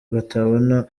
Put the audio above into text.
batabona